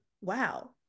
wow